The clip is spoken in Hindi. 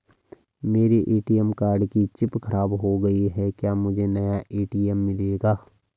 मेरे ए.टी.एम कार्ड की चिप खराब हो गयी है क्या मुझे नया ए.टी.एम मिलेगा?